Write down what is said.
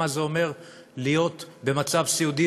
מה זה אומר להיות במצב סיעודי,